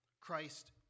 Christ